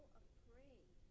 afraid